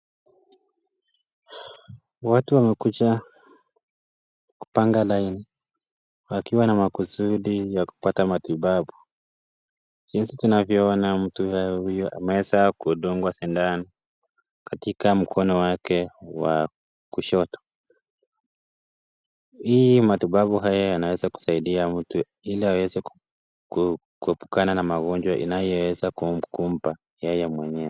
Watu wamekuja kupanga laini wakiwa na makusudi ya kupata matibabu jinsi tunavyoona mtu huyu ameweza kudungwa sindano katika mkono wake wa kushoto hii matibabu haya yanaweza kusaidia mtu ili aweze kuepukana na magonjwa inayoweza kumkumba yeye mwenyewe